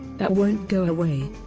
that won't go away.